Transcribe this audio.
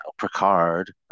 Picard